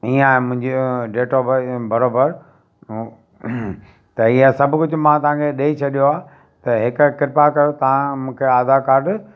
ईअं आहे मुंहिंजो डेट ऑफ़ बर्थ बराबरि त इहे सभु कुझु मां तव्हांखे ॾेई छॾियो आहे त हिक कृपा करो तव्हां मूंखे आधार कार्ड